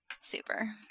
Super